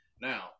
Now